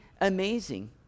amazing